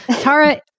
Tara